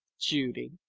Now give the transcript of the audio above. judy